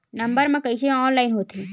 Number मा कइसे online होथे?